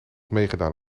meegedaan